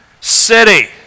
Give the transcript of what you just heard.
city